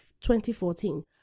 2014